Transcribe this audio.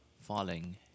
falling